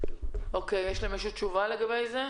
יש למישהו תשובה לגבי זה?